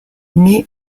naît